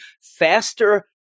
faster